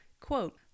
Quote